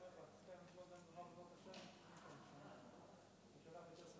חברי וחברות הכנסת, אני מתכבד לחדש את